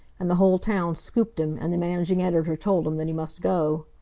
and the whole town scooped him, and the managing editor told him that he must go.